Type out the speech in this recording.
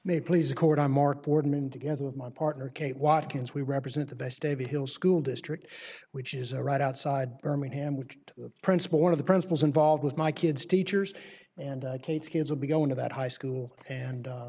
may please accord i'm mark boardman together with my partner cate watkins we represent the vestavia hill school district which is a right outside birmingham which the principal one of the principals involved with my kids teachers and kate's kids will be going to that high school and